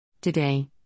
Today